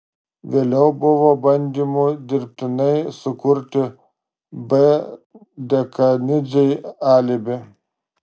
vėliau buvo bandymų dirbtinai sukurti b dekanidzei alibi